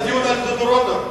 זה דיון על דודו רותם.